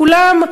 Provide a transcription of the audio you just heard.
כולם,